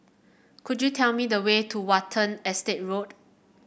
could you tell me the way to Watten Estate Road